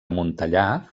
montellà